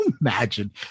imagine